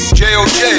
j-o-j